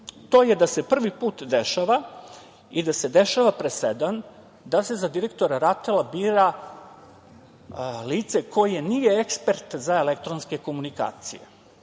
To je da se prvi put dešava i da se dešava presedan da se za direktora RATEL-a bira lice koje nije ekspert za elektronske komunikacije,